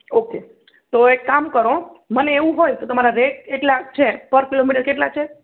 okay તો એક કામ કરો મને એવું હોય તો તમારા રેટ એટલા છે પર કિલોમીટર કેટલા છે